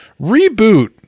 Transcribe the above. Reboot